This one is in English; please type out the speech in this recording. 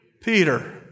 Peter